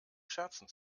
scherzen